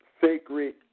sacred